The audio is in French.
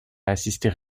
assister